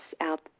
out